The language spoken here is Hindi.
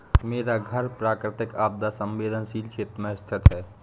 मेरा घर प्राकृतिक आपदा संवेदनशील क्षेत्र में स्थित है